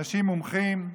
אנשים מומחים,